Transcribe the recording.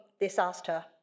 disaster